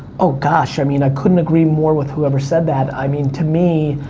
oh, gosh, i mean, i couldn't agree more with whoever said that, i mean, to me,